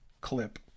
clip